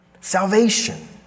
salvation